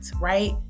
right